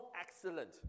excellent